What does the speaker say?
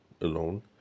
alone